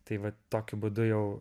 tai vat tokiu būdu jau